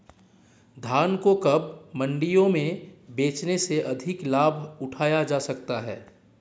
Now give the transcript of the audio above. धान को कब मंडियों में बेचने से अधिक लाभ उठाया जा सकता है?